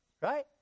right